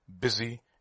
busy